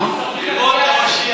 משכו ידיכם מהר-הבית.